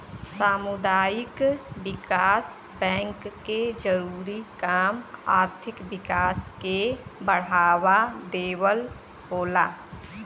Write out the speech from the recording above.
सामुदायिक विकास बैंक के जरूरी काम आर्थिक विकास के बढ़ावा देवल होला